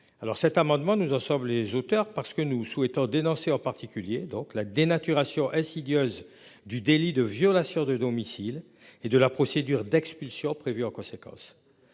cet amendement, nous en sommes les auteurs parce que nous souhaitons dénoncer en particulier donc la dénaturation insidieuse du délit de violation de domicile et de la procédure d'expulsion prévue en conséquence.